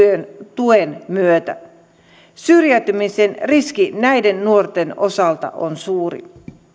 tuen puuttumisen myötä syrjäytymisen riski näiden nuorten osalta on suuri